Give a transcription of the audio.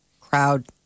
crowd